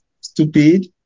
stupid